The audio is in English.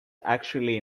actually